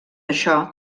això